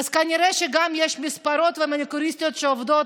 אז כנראה שגם יש מספרות ומניקוריסטיות שעובדות,